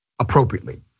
appropriately